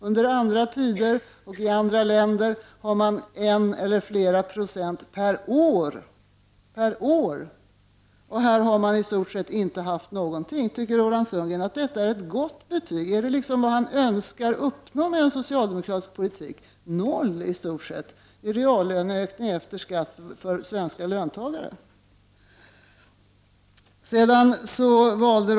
Under andra tider och i andra länder är ökningen en eller flera procent per år. Här har man i stort sett inte haft någon höjning. Anser Roland Sundgren att detta är ett gott resultat? Är det vad han önskar uppnå med en socialdemokratisk politik, en reallöneökning för svenska löntagare med i stort sett noll procent efter skatt?